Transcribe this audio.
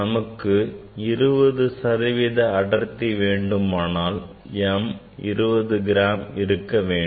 நமக்கு 20 சதவீத அடர்த்தி வேண்டுமானால் m 20 கிராம் என இருக்க வேண்டும்